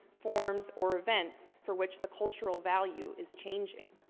forms or events for which the cultural value is changing.